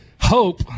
hope